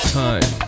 time